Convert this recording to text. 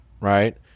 Right